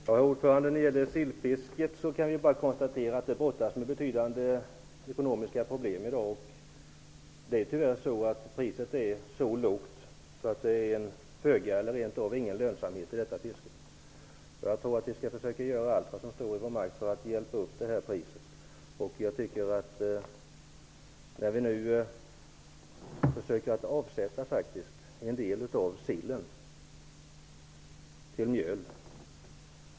Herr talman! När det gäller sillfisket kan man bara konstatera att det i dag brottas med betydande ekonomiska problem. Priset är tyvärr så lågt att det är föga eller rent av ingen lönsamhet i detta fiske. Vi skall försöka göra allt vad som står i vår makt för att hjälpa upp det priset. Vi försöker nu faktiskt avsätta en del av sillen till mjöl.